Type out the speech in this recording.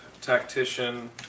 tactician